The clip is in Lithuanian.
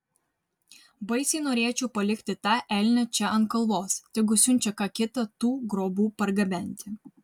baisiai norėčiau palikti tą elnią čia ant kalvos tegu siunčia ką kitą tų grobų pargabenti